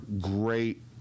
great